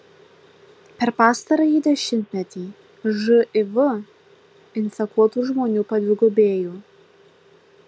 per pastarąjį dešimtmetį živ infekuotų žmonių padvigubėjo